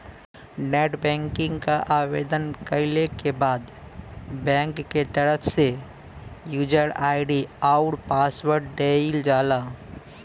net banking क आवेदन कइले के बाद बैंक क तरफ से यूजर आई.डी आउर पासवर्ड देवल जाला